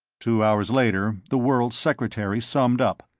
two hours later, the world secretary summed up.